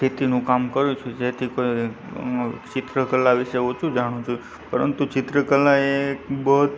ખેતીનું કામ કરું છું જેથી કોઈ ચિત્રકલા વિશે ઓછું જાણું છું પરંતુ ચિત્રકલા એ એક બહુ